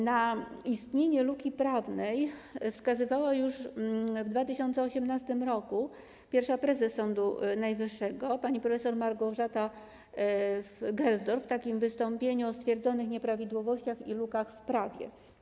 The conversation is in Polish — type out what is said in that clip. Na istnienie luki prawnej wskazywała już w 2018 r. pierwsza prezes Sądu Najwyższego pani prof. Małgorzata Gersdorf w wystąpieniu o stwierdzonych nieprawidłowościach i lukach w prawie.